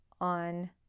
on